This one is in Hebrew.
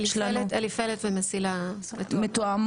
אליפלט ומסיל"ה מתואמות.